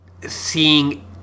Seeing